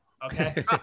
Okay